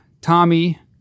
Tommy